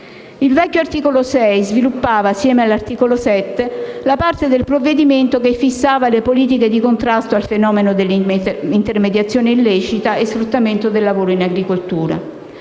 Il vecchio articolo 6 sviluppava, assieme all'articolo 7, la parte del provvedimento che fissava le politiche di contrasto al fenomeno dell'intermediazione illecita e dello sfruttamento del lavoro in agricoltura.